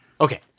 Okay